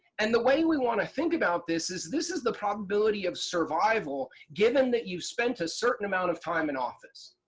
and the way we want to think about this is this is the probability of survival given that you've spent a certain amount of time in office.